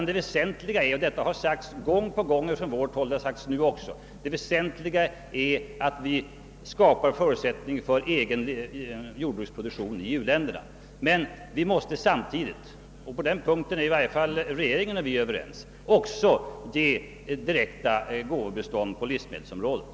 Det väsentliga är ju, vilket framhållits gång på gång från vårt håll och som jag även nu har understrukit, att skapa förutsättningar för en inhemsk jordbruksproduktion i u-länderna. Men vi måste samtidigt — och på denna punkt är i varje fall regeringen och vi överens — också ge direkt gåvobistånd på livsmedelsområdet.